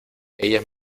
ellas